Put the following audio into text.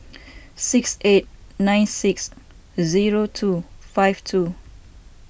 six eight nine six zero two five two